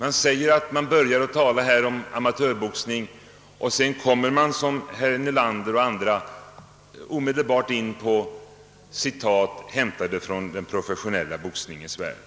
Alla debattörer här säger att de vill tala om amatörboxningen, men sedan kommer herr Nelander och andra omedelbart med citat hämtade från den professionella boxningens område.